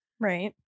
Right